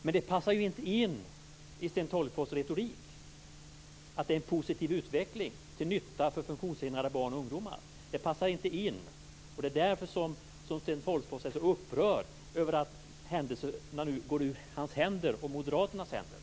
Men det passar inte in i Sten Tolgfors retorik att det är en positiv utveckling till nytta för funktionshindrade barn och ungdomar. Det är därför som Sten Tolgfors är så upprörd över att händelseförloppet nu går ur hans och moderaternas händer.